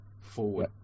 forward